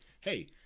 hey